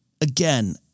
again